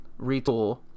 retool